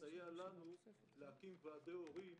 לסייע לנו להקים ועדי הורים